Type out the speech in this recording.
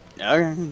okay